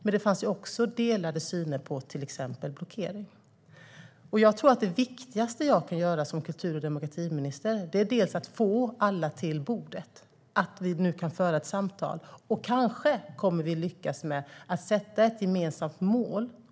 Men det fanns också en delad syn på till exempel blockering. Jag tror att det viktigaste jag kan göra som kultur och demokratiminister är att få alla till bordet så att vi kan föra ett samtal och kanske lyckas med att sätta upp ett gemensamt mål.